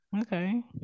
okay